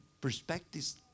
perspectives